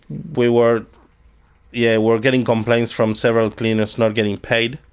we were yeah were getting complaints from several cleaners not getting paid,